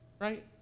right